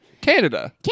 Canada